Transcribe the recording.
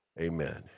Amen